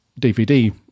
DVD